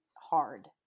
hard